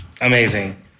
amazing